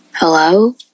hello